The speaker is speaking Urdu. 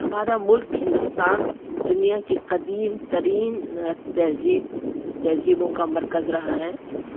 ہمارا ملک ہندوستان دنیا کی قدیم ترین تہذیب تہذیبوں کا مرکز رہا ہے